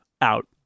out